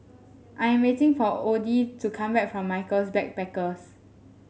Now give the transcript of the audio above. I am waiting for Odie to come back from Michaels Backpackers